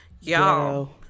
y'all